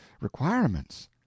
requirements